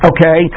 Okay